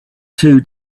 two